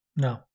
No